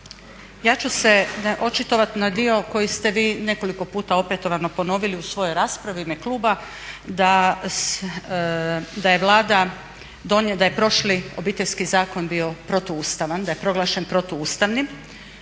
ja ću se očitovati na dio koji ste vi nekoliko puta opetovano ponovili u svojoj raspravi u ime kluba da je Vlada, da je prošli Obiteljski zakon bio protuustavan, da je proglašen protuustavnim.